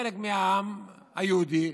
חלק מהעם היהודי,